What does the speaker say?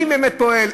מי באמת פועל,